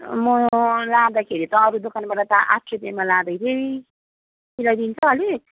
म लाँदाखेरि त अरू दोकानबाट त आठ रुपियाँमा लाँदैथिएँ मिलाइदिन्छ अलिक